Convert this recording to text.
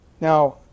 Now